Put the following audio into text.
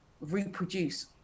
reproduce